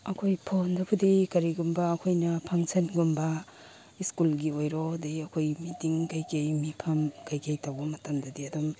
ꯑꯩꯈꯣꯏ ꯐꯣꯟꯗꯕꯨꯗꯤ ꯀꯔꯤꯒꯨꯝꯕ ꯑꯩꯈꯣꯏꯅ ꯐꯪꯁꯟꯒꯨꯝꯕ ꯁ꯭ꯀꯨꯜꯒꯤ ꯑꯣꯏꯔꯣ ꯑꯗꯩ ꯑꯩꯈꯣꯏ ꯃꯤꯇꯤꯡ ꯀꯩ ꯀꯩ ꯃꯤꯐꯝ ꯀꯩ ꯀꯩ ꯇꯧꯕ ꯃꯇꯝꯗꯗꯤ ꯑꯗꯨꯝ